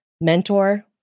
mentor